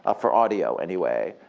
ah for audio, anyway.